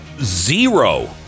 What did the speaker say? zero